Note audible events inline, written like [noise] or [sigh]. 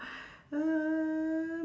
[breath] uh